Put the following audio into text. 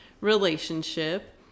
relationship